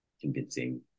convincing